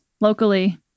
locally